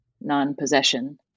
Non-possession